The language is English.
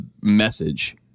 message